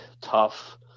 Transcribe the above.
tough